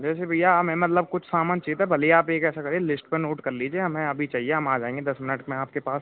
वैसे भइया हमें मतलब कुछ सामान चाहिए था भले ही आप एक ऐसा करिए लिश्ट पे नोट कर लीजिए हमें अभी चाहिए हम आ जाएँगे दस मिनट में आपके पास